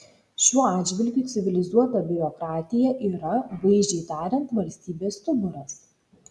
šiuo atžvilgiu civilizuota biurokratija yra vaizdžiai tariant valstybės stuburas